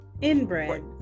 inbred